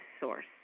source